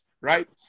right